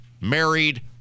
married